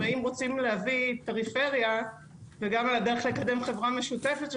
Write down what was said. ואם רוצים להביא פריפריה וגם לקדם חברה משותפת,